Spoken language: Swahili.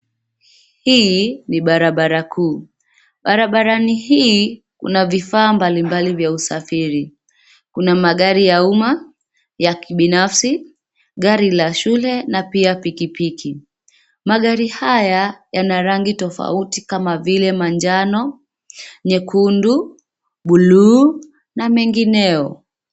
Hii ni barabara kuu. Barabarani hii kuna vifaa mbalimbali vya usafiri. Kuna magari ya umma, ya kibinafsi, gari la shule na pia pikipiki. Magari haya yana rangi tofauti kama vile manjano, nyekundu, buluu na mengineo.